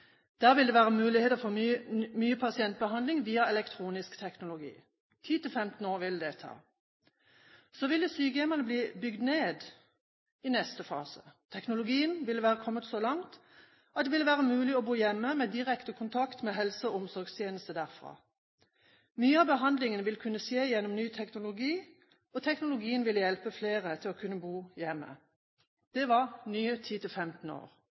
Der ville det være muligheter for mye pasientbehandling via elektronisk teknologi. 10–15 år ville det ta. Så ville sykehjemmene bli bygd ned i neste fase. Teknologien ville være kommet så langt at det ville være mulig å bo hjemme med direkte kontakt med helse- og omsorgstjeneste derfra. Mye av behandlingen ville kunne skje gjennom ny teknologi, og teknologien ville hjelpe flere til å kunne bo hjemme. Det var nye